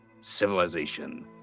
civilization